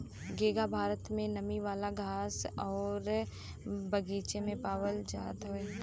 घोंघा भारत में नमी वाला घास आउर बगीचा में पावल जात हउवे